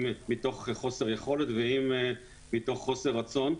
אם מתוך חוסר יכולת ואם מתוך חוסר רצון,